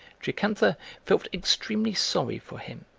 jocantha felt extremely sorry for him.